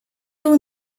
дүү